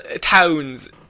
towns